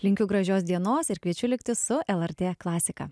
linkiu gražios dienos ir kviečiu likti su lrt klasika